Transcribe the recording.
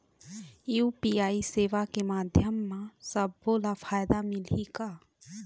UPI सेवा के माध्यम म सब्बो ला फायदा मिलही का?